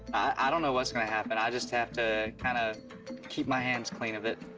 i don't know what's gonna happen. i just have to kind of keep my hands clean of it.